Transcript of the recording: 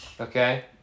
Okay